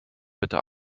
bitte